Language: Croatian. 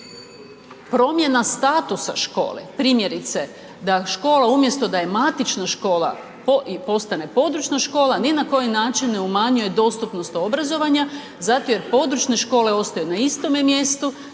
promjena statusa škole, primjerice da škola umjesto da je matična škola i postane područna škola ni na koji način ne umanjuje dostupnost obrazovanja zato jer područne škole ostaju na istome mjestu,